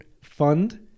fund